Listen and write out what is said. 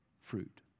fruit